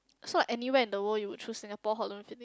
so anywhere in the world you will choose Singapore Holland-Village